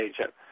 agent